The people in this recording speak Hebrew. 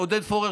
עודד פורר,